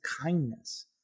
kindness